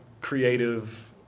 creative